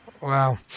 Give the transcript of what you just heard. Wow